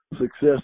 success